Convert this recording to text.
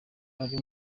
uri